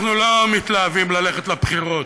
אנחנו לא מתלהבים ללכת לבחירות,